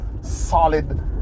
solid